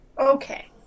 Okay